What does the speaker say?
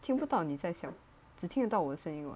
听不到你在笑只听的到我声音 what